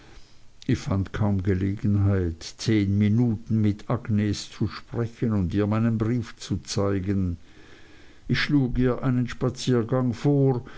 ich fand kaum gelegenheit zehn minuten mit agnes zu sprechen und ihr meinen brief zu zeigen ich schlug ihr einen spaziergang vor